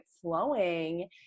flowing